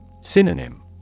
Synonym